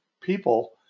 people